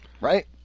Right